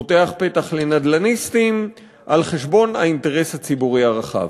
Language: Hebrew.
פותח פתח לנדל"ניסטים על חשבון האינטרס הציבורי הרחב.